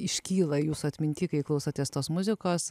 iškyla jūsų atminty kai klausotės tos muzikos